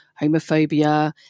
homophobia